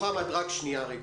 רק שנייה.